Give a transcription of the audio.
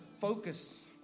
focus